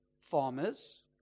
Farmers